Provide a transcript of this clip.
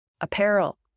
apparel